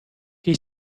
che